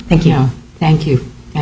thank you thank you